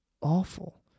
awful